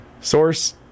Source